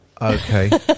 okay